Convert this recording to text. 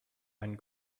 and